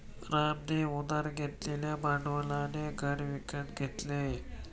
रामने उधार घेतलेल्या भांडवलाने घर विकत घेतले